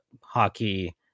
hockey